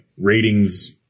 ratings